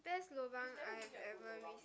best lobang I have ever receive